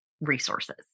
resources